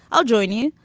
i'll join you.